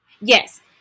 yes